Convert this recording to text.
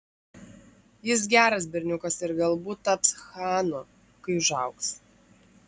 jis geras berniukas ir galbūt taps chanu kai užaugs